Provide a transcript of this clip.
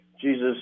Jesus